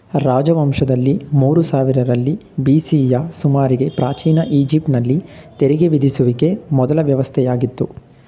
ರಾಜವಂಶದಲ್ಲಿ ಮೂರು ಸಾವಿರರಲ್ಲಿ ಬಿ.ಸಿಯ ಸುಮಾರಿಗೆ ಪ್ರಾಚೀನ ಈಜಿಪ್ಟ್ ನಲ್ಲಿ ತೆರಿಗೆ ವಿಧಿಸುವಿಕೆ ಮೊದ್ಲ ವ್ಯವಸ್ಥೆಯಾಗಿತ್ತು